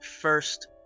first